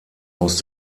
aus